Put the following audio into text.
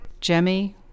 Jemmy